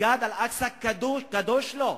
מסגד אל-אקצא קדוש לו,